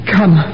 Come